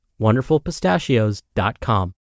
WonderfulPistachios.com